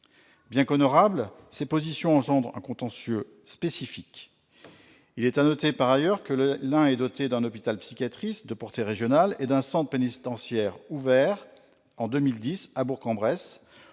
soient honorables, ces positions engendrent un contentieux spécifique. Il est à noter par ailleurs que l'Ain est doté d'un hôpital psychiatrique de portée régionale et d'un centre pénitentiaire ouvert en 2010 à Bourg-en-Bresse,